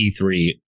E3